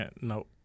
Nope